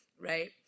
Right